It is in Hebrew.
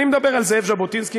אני מדבר על זאב ז'בוטינסקי,